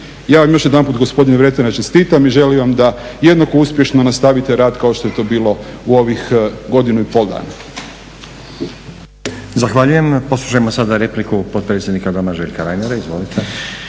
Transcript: Ja vam još jedanput gospodine Vretenar čestitam i želim vam da jednako uspješno nastavite rad kao što je to bilo u ovih godinu i pol dana.